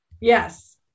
yes